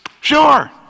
Sure